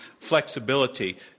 flexibility